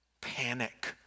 panic